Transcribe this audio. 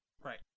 Right